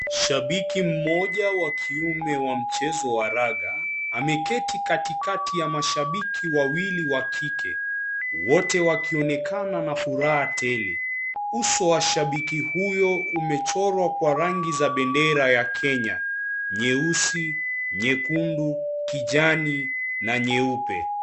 Shabiki mmoja wa kiume wa mchezo wa ragaa ameketi katikati ya mashabiki wawili wakike, wote wakionekana na furaha tele, uso wa shabiki huyo umechorwa kwa rangi za bendera ya kenya nyeusi, nyekundu, kijani na nyeupe.